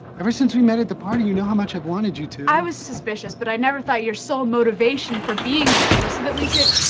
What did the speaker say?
ever since we met at the party you know how much i've wanted you to. i was suspicious, but i never thought your sole motivation for being here was so that we could.